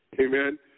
Amen